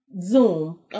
Zoom